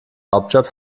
hauptstadt